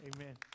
Amen